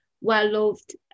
well-loved